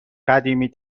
قدیمی